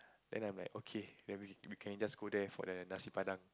then I'm like okay then we we can just go there for their nasi-padang